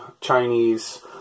Chinese